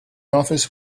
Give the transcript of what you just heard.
office